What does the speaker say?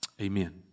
Amen